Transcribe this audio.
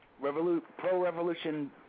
pro-revolution